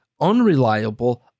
unreliable